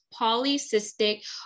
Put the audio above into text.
polycystic